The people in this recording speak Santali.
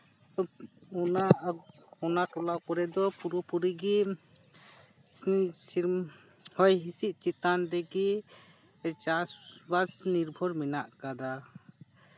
ᱚᱱᱟ ᱴᱚᱞᱟ ᱠᱚᱨᱮ ᱫᱚ ᱯᱩᱨᱟᱹᱯᱩᱨᱤ ᱜᱮ ᱦᱚᱭ ᱦᱤᱸᱥᱤᱫ ᱪᱮᱛᱟᱱ ᱨᱮᱜᱮ ᱪᱟᱥᱵᱟᱥ ᱱᱤᱨᱵᱷᱚᱨ ᱢᱮᱱᱟᱜ ᱟᱠᱟᱫᱟ